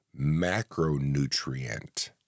macronutrient